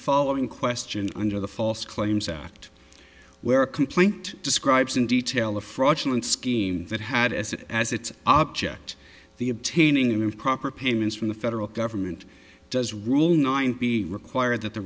following question under the false claims act where a complaint describes in detail a fraudulent scheme that had as it as its object the obtaining improper payments from the federal government does rule nine b require that the